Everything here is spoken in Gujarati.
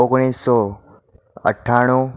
ઓગણીસો અઠ્ઠાણું